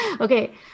Okay